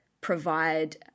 provide